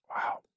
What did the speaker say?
Wow